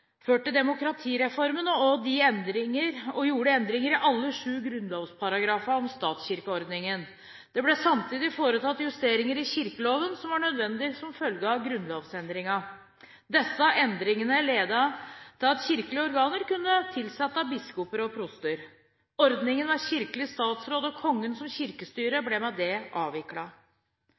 demokratireformen og gjorde endringer i alle de sju grunnlovsparagrafene om statskirkeordningen. Det ble samtidig foretatt justeringer i kirkeloven som var nødvendige som følge av grunnlovsendringene. Disse endringene ledet til at kirkelige organer kunne tilsette biskoper og proster. Ordningen med kirkelig statsråd og Kongen som kirkestyre ble med